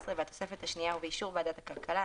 והתוספת השנייה ובאישור ועדת הכלכלה,